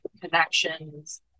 connections